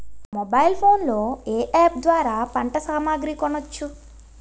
Mobile phone లో ఏ app ద్వారా పంట సామాగ్రి కొనచ్చు?